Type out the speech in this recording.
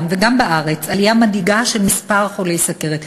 וגם בארץ עלייה מדאיגה במספר חולי סוכרת.